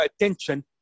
attention